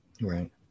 Right